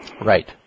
right